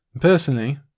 Personally